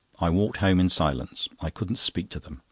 i walked home in silence i couldn't speak to them.